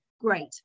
great